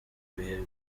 ibihe